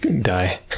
die